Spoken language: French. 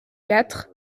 quatre